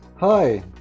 Hi